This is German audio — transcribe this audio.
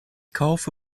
kaufe